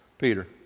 Peter